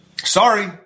Sorry